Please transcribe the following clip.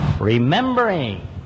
remembering